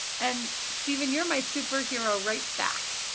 and steven you're my superhero right back.